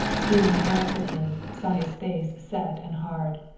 stealing a glance at him, saw his face set and hard.